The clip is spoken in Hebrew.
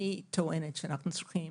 אני טוענת שאנחנו צריכים